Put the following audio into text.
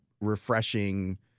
refreshing